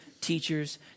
teachers